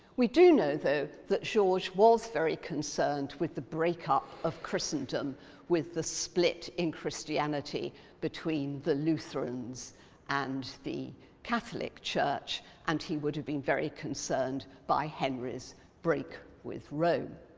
we do know, though, that georges was very concerned with the breakup of christendom with the split in christianity between the lutherans and the catholic church and he would have been very concerned by henry's break with rome.